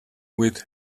with